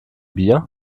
bier